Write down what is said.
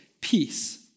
peace